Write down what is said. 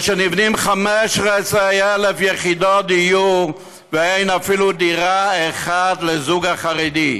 נבנות 15,000 יחידות דיור ואין אפילו דירה אחת לזוג חרדי.